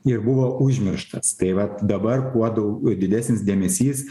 ir buvo užmirštas tai vat dabar kuo dau didesnis dėmesys